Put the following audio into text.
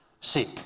seek